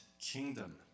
kingdom